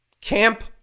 Camp